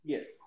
Yes